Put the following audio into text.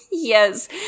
Yes